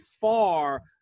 far